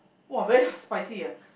!wah! very spicy ah